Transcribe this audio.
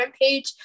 page